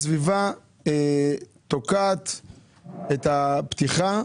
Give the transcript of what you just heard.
במיוחד בנושא של התעשייה,